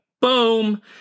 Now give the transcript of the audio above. Boom